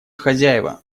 хозяева